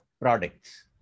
products